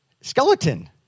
Skeleton